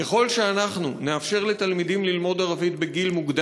ככל שאנחנו נאפשר לתלמידים ללמוד ערבית בגיל מוקדם,